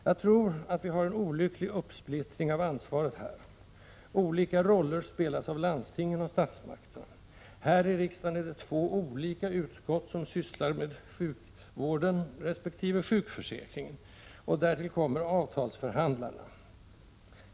Jag tror att vi har en olycklig uppsplittring av ansvaret här: Olika roller spelas av landstingen och statsmakterna, här i riksdagen är det två olika utskott som sysslar med sjukvården resp. sjukförsäkringen, och därtill kommer avtalsförhandlarna.